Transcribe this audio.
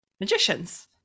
magicians